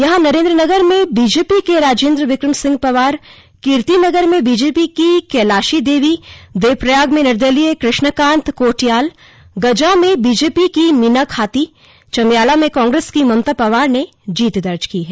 यहां नरेंद्रनगर में बीजेपी के राजेंद्र विक्रम सिंह पंवार कीर्तिनगर में बीजेपी की कैलाशी देवी देवप्रयाग में निर्दलीय कृष्णकांत कोटियाल गजा में बीजेपी की मीना खाती चमियाला में कांग्रेस की ममता पंवार ने जीत दर्ज की है